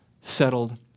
settled